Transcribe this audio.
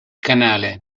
canale